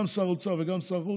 גם שר האוצר וגם שר החוץ,